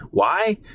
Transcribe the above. why?